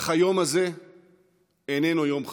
אך היום הזה איננו יום חג.